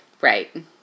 Right